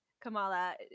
Kamala